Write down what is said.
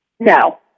No